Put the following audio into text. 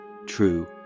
True